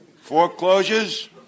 Foreclosures